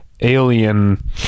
alien